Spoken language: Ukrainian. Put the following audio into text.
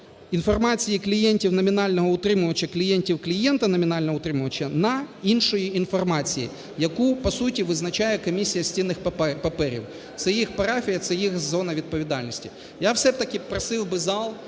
"інформація клієнтів номінального утримувача, клієнтів клієнта номінального утримувача" на "іншої інформації", яку по суті визначає Комісія з цінних паперів. Це їх парафія, це їх зона відповідальності. Я все-таки просив би зал